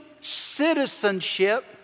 citizenship